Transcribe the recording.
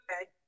okay